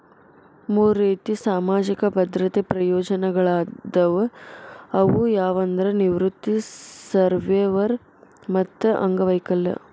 ಮೂರ್ ರೇತಿ ಸಾಮಾಜಿಕ ಭದ್ರತೆ ಪ್ರಯೋಜನಗಳಾದವ ಅವು ಯಾವಂದ್ರ ನಿವೃತ್ತಿ ಸರ್ವ್ಯವರ್ ಮತ್ತ ಅಂಗವೈಕಲ್ಯ